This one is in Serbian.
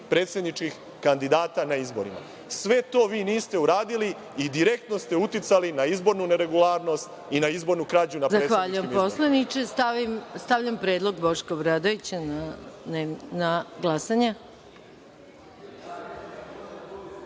predsedničkih kandidata na izborima. Sve to niste uradili i direktno ste uticali na izbornu neregularnost i na izbornu krađu na predsedničkim izborima. **Maja Gojković** Zahvaljujem poslaniče. Stavljam predlog Boška Obradovića na